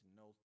no